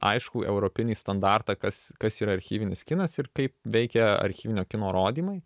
aiškų europinį standartą kas kas yra archyvinis kinas ir kaip veikia archyvinio kino rodymai